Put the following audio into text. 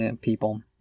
people